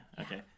okay